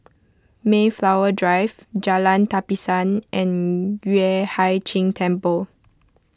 Mayflower Drive Jalan Tapisan and Yueh Hai Ching Temple